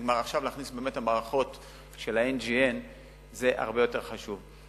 עכשיו להכניס את המערכות של ה-NGN זה הרבה יותר חשוב.